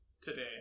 today